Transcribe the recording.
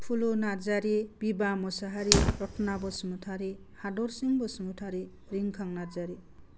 फुलु Narzary Biba Mushahary Ratna Basumatary Hadarsing Basumatary Rinkhang Narzary